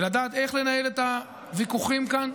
בלדעת איך לנהל את הוויכוחים כאן.